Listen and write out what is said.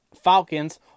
Falcons